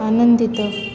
ଆନନ୍ଦିତ